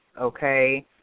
okay